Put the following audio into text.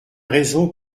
raison